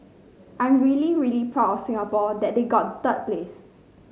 I'm really really proud of Singapore that they got third place